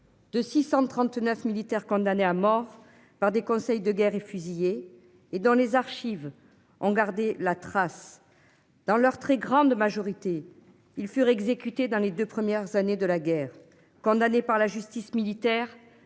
De 639 militaires condamnés à mort par des conseils de guerre et fusillés et dans les archives en garder la trace. Dans leur très grande majorité ils furent exécutés dans les deux premières années de la guerre, condamné par la justice militaire